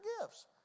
gifts